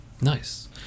Nice